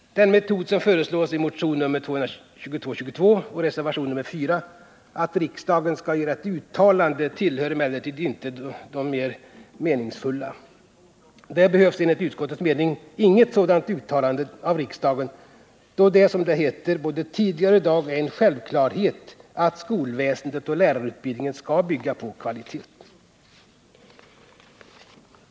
Den metod som föreslås i motion 2222 och reservationen 4, nämligen att riksdagen skall göra ett uttalande, tillhör inte de mer meningsfulla. Det behövs enligt utskottsmajoritetens mening inget sådant uttalande av riksdagen, då det, som det heter i betänkandet ”både tidigare och i dag är en självklarhet att skolväsendet och lärarutbildningen skall bygga på kvalitet”.